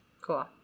Cool